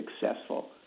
successful